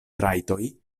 trajtoj